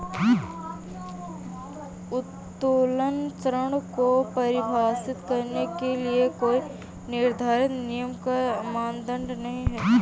उत्तोलन ऋण को परिभाषित करने के लिए कोई निर्धारित नियम या मानदंड नहीं है